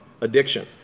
addiction